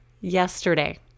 yesterday